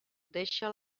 deixa